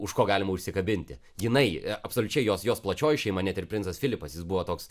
už ko galima užsikabinti jinai absoliučiai jos jos plačioji šeima net ir princas filipas jis buvo toks